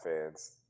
fans